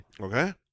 Okay